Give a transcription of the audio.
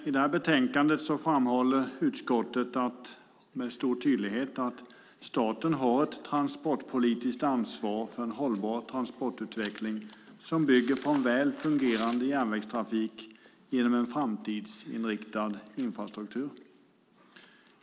I betänkandet framhåller utskottet med stor tydlighet att staten har ett transportpolitiskt ansvar för en hållbar transportutveckling som bygger på en väl fungerande järnvägstrafik genom en framtidsinriktad infrastruktur.